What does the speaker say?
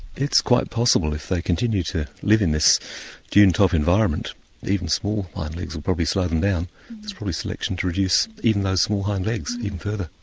it's quite possible, if they continue to live in this dune type environment even small hind legs will probably slow them down there's probably selection to reduce those small hind legs even further.